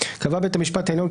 קבע בית המשפט העליון,